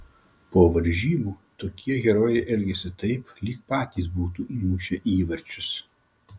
po varžybų tokie herojai elgiasi taip lyg patys būtų įmušę įvarčius